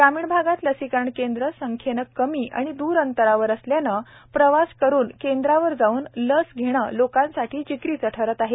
ग्रामीण भागात लसीकरण केंद्रे संख्येने कमी व दूर अंतरावर असल्याने प्रवास करून केंद्रावर जाऊन लस घेणे लोकांसाठी जिकिरीचे ठरत आहे